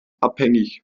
abhängig